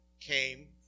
came